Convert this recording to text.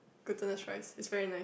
glutinous rice is very nice